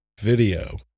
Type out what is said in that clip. Video